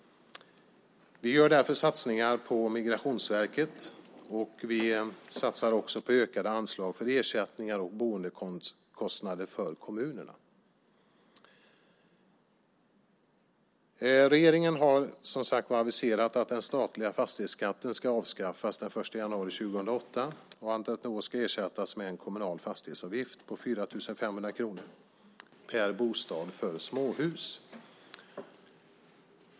Vi gör därför satsningar på Migrationsverket. Vi satsar också på ökade anslag i fråga om ersättningar och boendekostnader för kommunerna. Regeringen har, som sagt, aviserat att den statliga fastighetsskatten ska avskaffas den 1 januari 2008 och att den då ska ersättas med en kommunal fastighetsavgift på 4 500 kronor per bostad för småhus.